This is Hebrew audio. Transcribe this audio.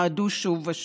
מעדו שוב ושוב.